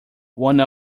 one